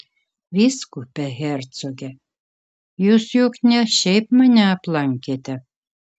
vyskupe hercoge jūs juk ne šiaip mane aplankėte